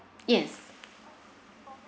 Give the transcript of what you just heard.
yes